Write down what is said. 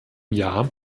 jahr